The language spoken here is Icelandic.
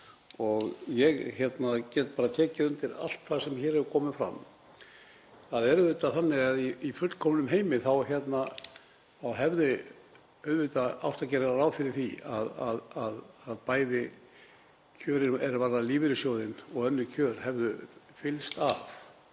Ég get bara tekið undir allt það sem hér hefur komið fram. Það er auðvitað þannig að í fullkomnum heimi hefði auðvitað átt að gera ráð fyrir því að kjörin er varða lífeyrissjóðinn og önnur kjör hefðu fylgst að.